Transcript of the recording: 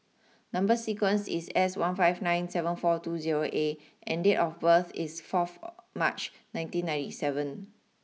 number sequence is S one five nine seven four two zero A and date of birth is fourth March nineteen ninety seven